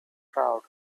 crowd